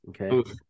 Okay